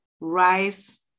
Rice